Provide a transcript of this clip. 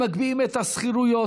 הם מגביהים את השכירויות,